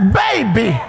baby